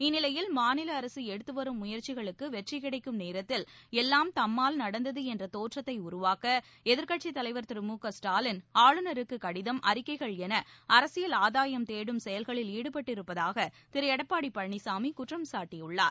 இந்நிலையில் மாநில அரசு எடுத்து வரும் முயற்சிகளுக்கு வெற்றி கிடைக்கும் நேரத்தில் எல்லாம் தம்மால் நடந்தது என்ற தோற்றத்தை உருவாக்க எதிர்க்கட்சித் தலைவர் திரு மு க ஸ்டாலின் ஆளுநருக்கு கடிதம் அறிக்கைகள் எள அரசியல் ஆதாயம் தேடும் செயல்களில் ஈடுபட்டிருப்பதாக திரு எடப்பாடி பழனிசாமி குற்றம்சாட்டியுள்ளார்